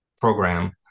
program